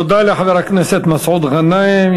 תודה לחבר הכנסת מסעוד גנאים.